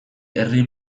herri